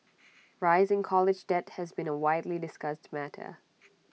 rising college debt has been A widely discussed matter